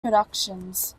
productions